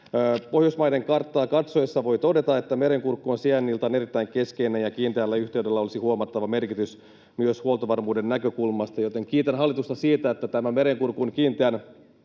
Pohjoismaiden karttaa katsoessa voi todeta, että ”Merenkurkku on sijainniltaan erittäin keskeinen ja kiinteällä yhteydellä olisi huomattava merkitys huoltovarmuuden näkökulmasta”, joten kiitän hallitusta siitä, että tämä Merenkurkun kiinteän